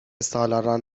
سالاران